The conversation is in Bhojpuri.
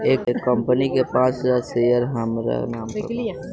एह कंपनी के पांच हजार शेयर हामरा नाम पर बा